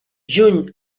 juny